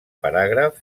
paràgraf